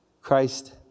Christ